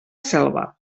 selva